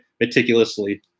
meticulously